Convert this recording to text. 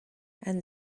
and